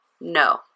No